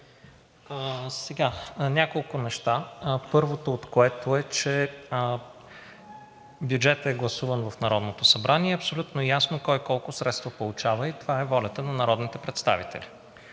Сега – няколко неща, първото от които е, че бюджетът е гласуван в Народното събрание – абсолютно е ясно кой колко средства получава и това е волята на народните представители.